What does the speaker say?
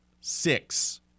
six